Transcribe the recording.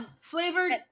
Flavored